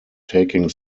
taking